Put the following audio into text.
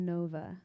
Nova